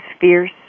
fierce